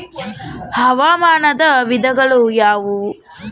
ಹವಾಮಾನದ ವಿಧಗಳು ಯಾವುವು?